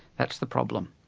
that's the problem.